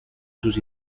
sus